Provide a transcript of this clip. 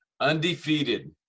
undefeated